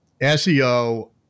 SEO